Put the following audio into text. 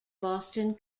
boston